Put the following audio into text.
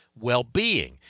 well-being